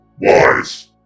Wise